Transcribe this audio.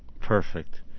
Perfect